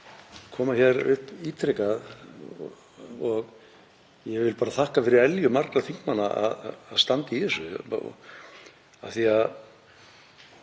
koma hér upp ítrekað og ég vil þakka fyrir elju margra þingmanna að standa í þessu.